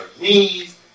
knees